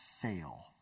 fail